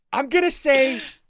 i'm gonna save